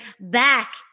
back